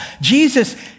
Jesus